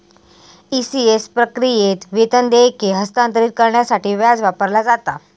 ECS प्रक्रियेत, वेतन देयके हस्तांतरित करण्यासाठी व्याज वापरला जाता